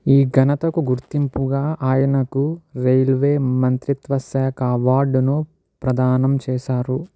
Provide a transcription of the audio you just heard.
ఈ ఘనతకు గుర్తింపుగా ఆయనకు రైల్వే మంత్రిత్వశాఖ అవార్డును ప్రదానం చేశారు